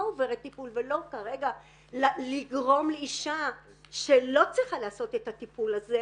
עוברת טיפול ולא כרגע לגרום לאישה שלא צריכה לעשות את הטיפול הזה,